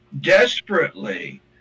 desperately